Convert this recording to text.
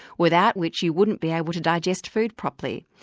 without which you wouldn't be able to digest food properly.